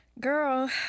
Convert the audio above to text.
Girl